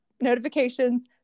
notifications